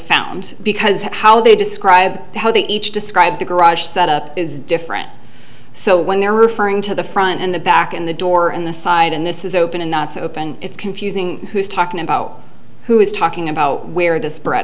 found because how they describe how they each describe the garage set up is different so when they're referring to the front and the back and the door and the side and this is open and not open it's confusing who's talking about who is talking about where this bread